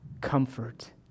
comfort